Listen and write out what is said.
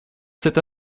cet